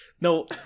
no